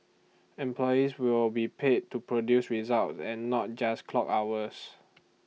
employees will be paid to produce results and not just clock hours